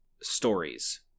stories